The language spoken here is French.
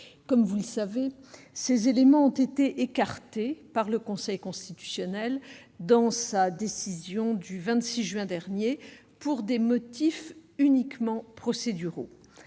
Comme vous le savez, ces éléments ont été écartés par le Conseil constitutionnel, par sa décision du 27 juin dernier, pour des motifs uniquement procéduraux.